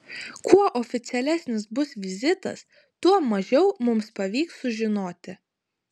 kuo oficialesnis bus vizitas tuo mažiau mums pavyks sužinoti